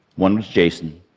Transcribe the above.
one was jason.